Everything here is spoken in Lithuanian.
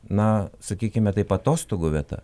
na sakykime taip atostogų vieta